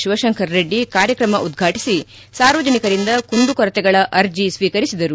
ಶಿವಶಂಕರರೆಡ್ಡಿ ಕಾರ್ಯಕ್ರಮ ಉದ್ಘಾಟಿಸಿ ಸಾರ್ವಜನಿಕರಿಂದ ಕುಂದು ಕೊರತೆಗಳ ಅರ್ಜೆ ಸ್ವೀಕರಿಸಿದರು